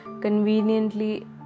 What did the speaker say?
conveniently